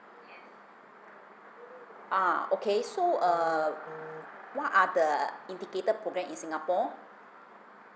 ah okay so err what are the integrated program in singapore